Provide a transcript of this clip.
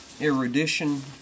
erudition